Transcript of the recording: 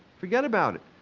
forget about it!